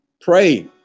pray